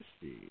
see